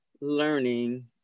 learning